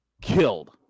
killed